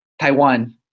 Taiwan